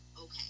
okay